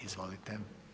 Izvolite.